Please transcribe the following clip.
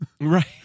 Right